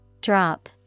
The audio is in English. Drop